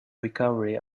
recovery